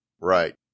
Right